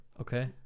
Okay